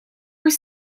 were